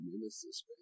nemesis